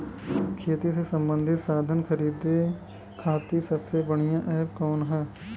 खेती से सबंधित साधन खरीदे खाती सबसे बढ़ियां एप कवन ह?